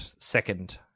second